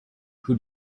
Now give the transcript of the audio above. who